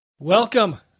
Welcome